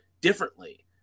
differently